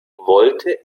wollte